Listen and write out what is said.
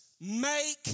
make